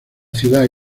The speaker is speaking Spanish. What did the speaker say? ciudad